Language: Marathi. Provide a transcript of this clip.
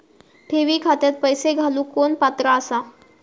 ठेवी खात्यात पैसे घालूक कोण पात्र आसा?